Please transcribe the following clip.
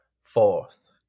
fourth